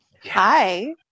Hi